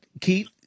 Keith